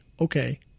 okay